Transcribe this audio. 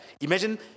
Imagine